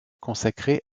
consacré